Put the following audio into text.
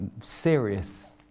serious